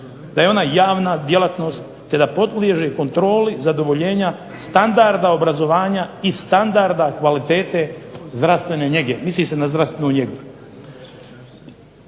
da je ona javna djelatnost te da podliježe kontroli zadovoljenja standarda obrazovanja i standarda kvalitete zdravstvene njege. Misli se na zdravstvenu njegu.